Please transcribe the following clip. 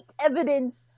evidence